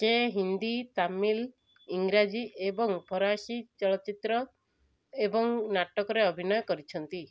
ସେ ହିନ୍ଦୀ ତାମିଲ ଇଂରାଜୀ ଏବଂ ଫରାସୀ ଚଳଚ୍ଚିତ୍ର ଏବଂ ନାଟକରେ ଅଭିନୟ କରିଛନ୍ତି